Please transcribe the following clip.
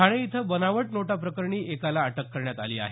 ठाणे इथं बनावट नोटा प्रकरणी एकाला अटक करण्यात आली आहे